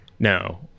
No